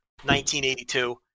1982